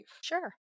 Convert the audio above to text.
Sure